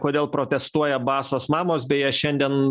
kodėl protestuoja basos mamos beje šiandien